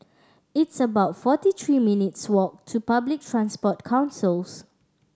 it's about forty three minutes' walk to Public Transport Councils